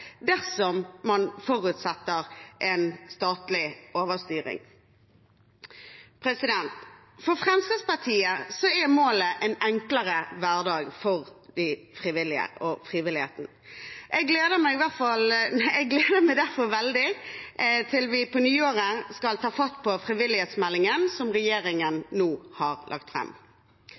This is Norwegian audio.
dersom man forutsetter en statlig overstyring. For Fremskrittspartiet er målet en enklere hverdag for de frivillige og frivilligheten. Jeg gleder meg derfor veldig til vi på nyåret skal ta fatt på frivillighetsmeldingen som regjeringen nå har lagt